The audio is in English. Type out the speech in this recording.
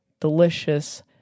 delicious